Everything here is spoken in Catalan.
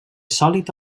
sòlid